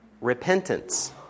repentance